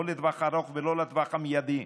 לא לטווח הארוך ולא לטווח המיידי,